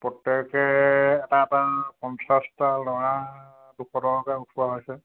প্ৰত্যেকে এটা এটা পঞ্চাছটা ল'ৰা দুশ টকাকৈ উঠোৱা হৈছে